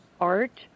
art